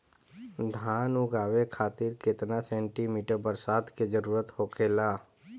धान उगावे खातिर केतना सेंटीमीटर बरसात के जरूरत होखेला?